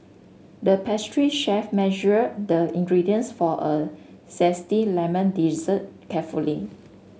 the pastry chef measured the ingredients for a zesty lemon dessert carefully